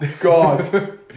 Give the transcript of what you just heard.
god